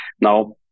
now